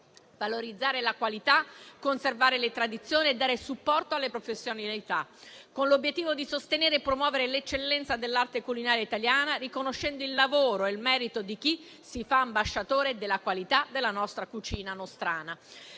valorizzare la qualità, conservare le tradizioni e dare supporto alle professionalità, con l'obiettivo di sostenere e promuovere l'eccellenza dell'arte culinaria italiana, riconoscendo il lavoro e il merito di chi si fa ambasciatore della qualità della nostra cucina nostrana,